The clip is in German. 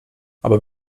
aber